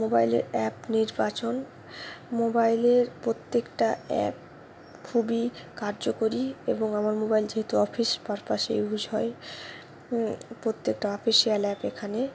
মোবাইলের অ্যাপ নির্বাচন মোবাইলের প্রত্যেকটা অ্যাপ খুবই কার্যকরী এবং আমার মোবাইল যেহেতু অফিস পার্পাসে ইউজ হয় প্রত্যেকটা অফিসিয়াল অ্যাপ এখানে